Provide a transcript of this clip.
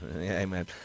amen